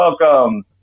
Welcome